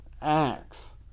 acts